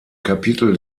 kapitel